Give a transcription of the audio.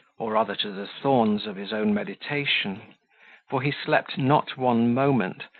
or rather to the thorns of his own meditation for he slept not one moment,